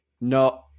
No